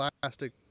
plastic